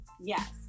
yes